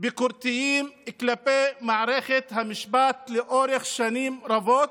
ביקורתיים כלפי מערכת המשפט לאורך שנים רבות,